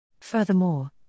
Furthermore